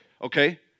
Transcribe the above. Okay